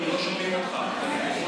לא שומעים אותך.